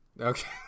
okay